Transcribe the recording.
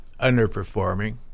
underperforming